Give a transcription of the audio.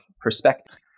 perspective